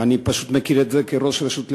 ואני פשוט מכיר את זה כראש רשות לשעבר,